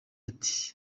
ati